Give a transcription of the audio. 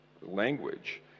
language